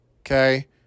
okay